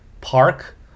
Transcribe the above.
Park